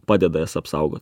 padeda jas apsaugo